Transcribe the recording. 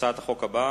הצעת החוק הבאה,